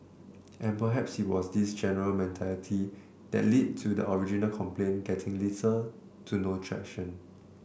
and perhaps it was this general mentality that lead to the original complaint getting less to no traction